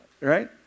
Right